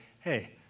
Hey